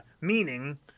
meaning